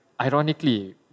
ironically